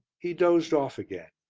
he dozed off again,